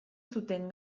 zuten